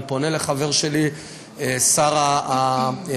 אני פונה לחבר שלי שר הרווחה